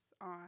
on